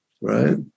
right